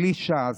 בלי ש"ס,